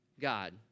God